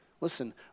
Listen